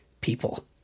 people